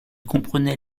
comprenait